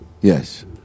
Yes